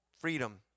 Freedom